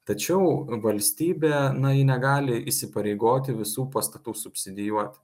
tačiau valstybė na ji negali įsipareigoti visų pastatų subsidijuoti